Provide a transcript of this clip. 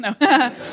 No